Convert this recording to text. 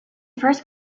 first